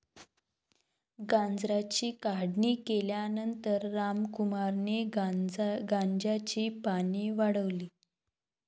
गांजाची काढणी केल्यानंतर रामकुमारने गांजाची पाने वाळवली